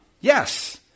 Yes